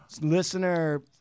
listener